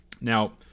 Now